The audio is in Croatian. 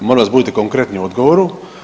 Molim vas budite konkretni u odgovoru.